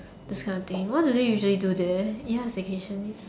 those kind of thing what do they usually do there ya staycation